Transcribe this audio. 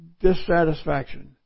dissatisfaction